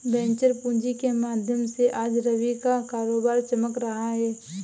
venture पूँजी के माध्यम से आज रवि का कारोबार चमक रहा है